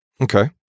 Okay